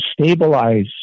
stabilize